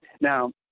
Now